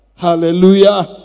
Hallelujah